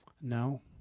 No